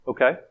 Okay